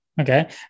okay